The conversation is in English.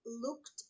looked